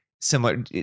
similar